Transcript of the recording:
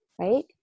right